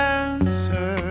answer